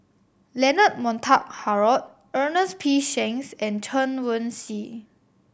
Leonard Montague Harrod Ernest P Shanks and Chen Wen Hsi